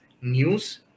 news